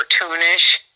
cartoonish